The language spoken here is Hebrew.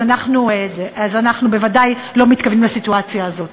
אנחנו בוודאי לא מתכוונים לסיטואציה הזאת.